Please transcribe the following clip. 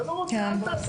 אתה לא רוצה, אל תעשה.